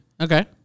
okay